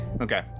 Okay